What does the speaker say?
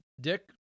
dick